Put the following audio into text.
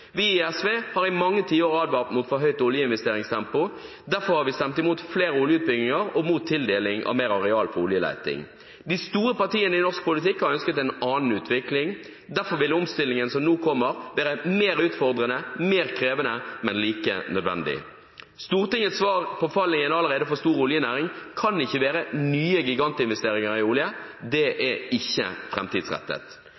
Vi i SV har i mange tiår advart mot for høyt oljeinvesteringstempo, og derfor har vi stemt imot flere oljeutbygginger og mot tildeling av mer areal for oljeleting. De store partiene i norsk politikk har ønsket en annen utvikling. Derfor vil omstillingen som nå kommer, være mer utfordrende, mer krevende, men like nødvendig. Stortingets svar på fallet i en allerede for stor oljenæring kan ikke være nye gigantinvesteringer i olje. Det er ikke framtidsrettet.